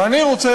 ואני רוצה,